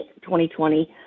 2020